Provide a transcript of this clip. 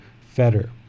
fetter